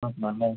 നോക്കണം അല്ലേ